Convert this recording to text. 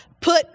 put